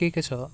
के के छ